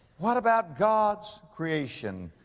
what about god's creation?